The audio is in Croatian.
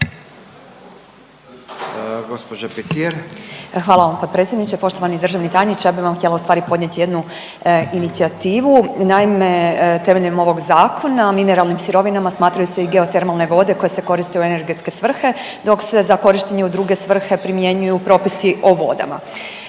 Hvala vam potpredsjedniče. Poštovani državni tajniče. Ja bi vam htjela ustvari podnijet jednu inicijativu. Naime, temeljem ovog zakona mineralnim sirovinama smatraju se i geotermalne vode koje se koriste u energetske svrhe dok se za korištenje u druge svrhe primjenjuju propisi o vodama.